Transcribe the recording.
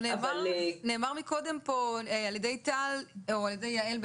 נאמר מקודם פה על ידי טל או על ידי יעל,